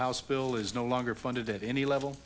house bill is no longer funded at any level